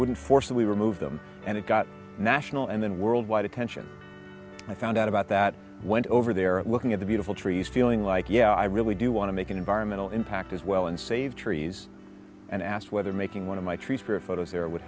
wouldn't forcibly remove them and it got national and then worldwide attention i found out about that went over there looking at the beautiful trees feeling like yeah i really do want to make an environmental impact as well and save trees and asked whether making